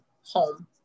home